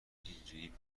اینجوری